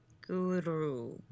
Guru